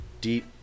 deep